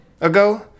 ago